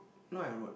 not I wrote